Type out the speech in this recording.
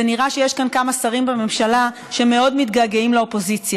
נראה שיש כאן כמה שרים בממשלה שמאוד מתגעגעים לאופוזיציה.